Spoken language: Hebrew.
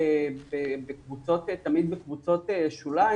תמיד בקבוצות שוליים,